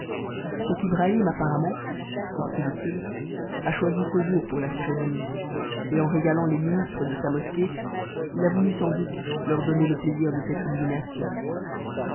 scheich apparemment poursuivit-il a choisi ce jour pour la cérémonie et en régalant les ministres de sa mosquée it a voulu sans doute leur o p le t s de cette illumination